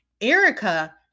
Erica